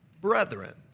brethren